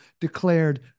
declared